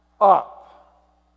up